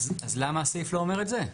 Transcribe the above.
אז למה הסעיף לא אומר את זה?